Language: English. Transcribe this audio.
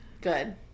Good